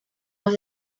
más